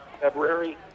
February